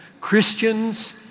Christians